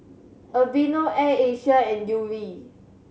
Aveeno Air Asia and Yuri